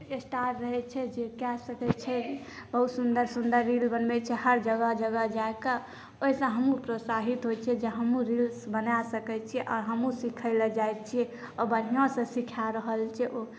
star रहै छै जे कै सकै छै बहुत सुन्दर सुन्दर रील बनबै छै हर जगह जगह जाकऽ ओहिसँ हमहूँ प्रोत्साहित होइत छिए जे हमहूँ रील्स बना सकै छिए आओर हमहूँ सिखैलए जाइ छिए ओ बढ़िआँसँ सिखा रहल छै ओ